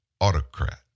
Autocrat